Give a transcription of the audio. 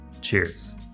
Cheers